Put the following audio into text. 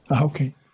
okay